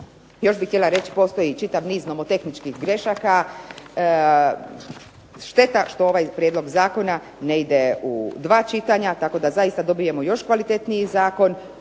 Još bih htjela reći, postoji čitav niz nomotehničkih grešaka, šteta što ovaj prijedlog zakona ne ide u dva čitanja, tako da zaista dobijemo još kvalitetniji zakon,